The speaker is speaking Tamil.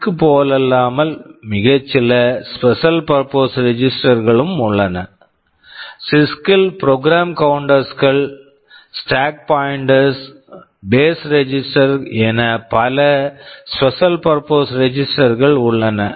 சிஸ்க் CISC போலல்லாமல் மிகச் சில special purpose register special purpose registers கள் உள்ளன சிஸ்க் CISC -ல் program counters program counters stock pointer stack pointer base registers base registers கள் என பல special purpose register special purpose registers கள் உள்ளன